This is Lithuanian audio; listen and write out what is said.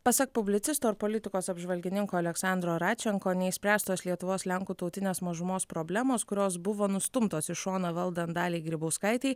pasak publicisto ir politikos apžvalgininko aleksandro radčenko neišspręstos lietuvos lenkų tautinės mažumos problemos kurios buvo nustumtos į šoną valdant daliai grybauskaitei